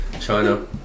China